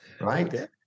right